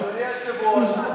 אדוני היושב-ראש, כל הכבוד.